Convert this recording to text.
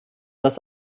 das